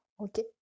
okay